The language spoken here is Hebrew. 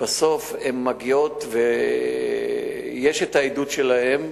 הן מגיעות ויש את העדות שלהן,